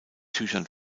tüchern